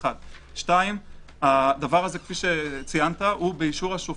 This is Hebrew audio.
שתיים, הדבר הזה כפי שציינת, הוא באישור השופט.